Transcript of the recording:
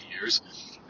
years